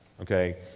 okay